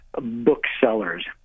booksellers